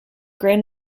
great